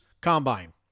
Combine